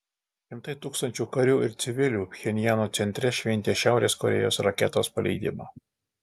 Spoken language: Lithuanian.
šimtai tūkstančių karių ir civilių pchenjano centre šventė šiaurės korėjos raketos paleidimą